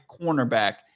cornerback